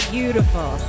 Beautiful